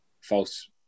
false